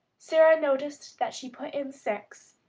sara noticed that she put in six.